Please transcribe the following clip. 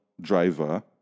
driver